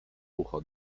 ucho